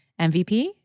MVP